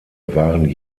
waren